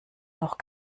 noch